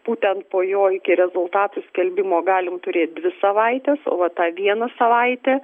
būtent po jo iki rezultatų skelbimo galim turėt dvi savaites vat tą vieną savaitę